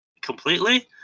completely